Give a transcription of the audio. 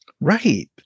Right